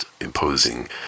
imposing